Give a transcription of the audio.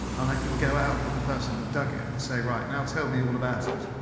and i can go out with the person that dug it and say right, now tell me all about it.